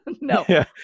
No